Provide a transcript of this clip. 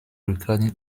recording